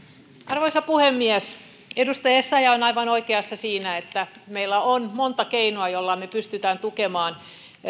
arvoisa puhemies edustaja essayah on aivan oikeassa siinä että meillä on monta keinoa joilla me pystymme tukemaan